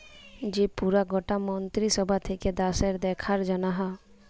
যে পুরা গটা মন্ত্রী সভা থাক্যে দ্যাশের দেখার জনহ